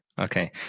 Okay